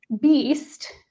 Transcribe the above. beast